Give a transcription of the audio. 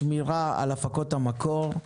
שמירה על הפקות המקור.